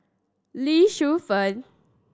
Lee Shu Fen